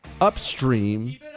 Upstream